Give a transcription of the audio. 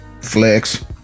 Flex